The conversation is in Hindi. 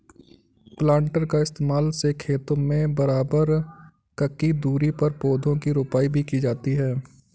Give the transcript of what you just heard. प्लान्टर का इस्तेमाल से खेतों में बराबर ककी दूरी पर पौधा की रोपाई भी की जाती है